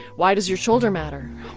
why does your shoulder matter?